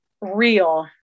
real